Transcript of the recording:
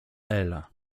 ela